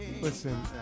Listen